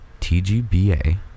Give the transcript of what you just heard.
tgba